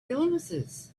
illnesses